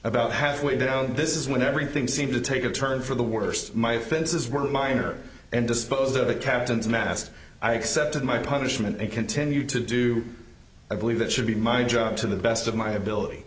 about halfway down this is when everything seemed to take a turn for the worse my offenses were minor and dispose of the captain's mast i accepted my punishment and continued to do i believe that should be my job to the best of my ability